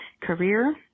career